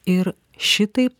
ir šitaip